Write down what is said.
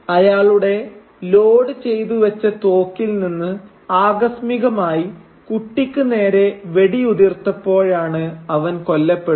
അയാളുടെ ലോഡ് ചെയ്തു വെച്ച തോക്കിൽ നിന്ന് ആകസ്മികമായി കുട്ടിക്ക് നേരെ വെടിയുതിർത്തപ്പോഴാണ് അവൻ കൊല്ലപ്പെടുന്നത്